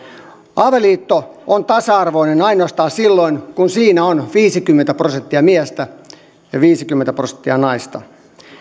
avioliitto on tasa arvoinen ainoastaan silloin kun siinä on viisikymmentä prosenttia miestä ja viisikymmentä prosenttia naista